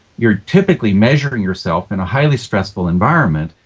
you're typically measuring yourself in a highly stressful environment,